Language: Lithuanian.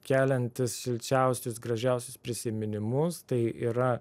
keliantis šilčiausius gražiausius prisiminimus tai yra